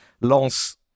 Lance